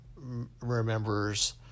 Remembers